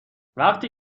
وقتی